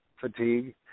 fatigue